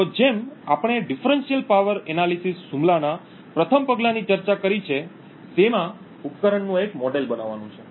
તો જેમ આપણે વિભેદક શક્તિ વિશ્લેષણ હુમલાના પ્રથમ પગલાની ચર્ચા કરી છે તેમાં ઉપકરણનું એક મોડેલ બનાવવાનું છે